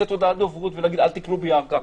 הודעת דוברות ולהגיד אל תקנו בירכא,